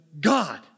God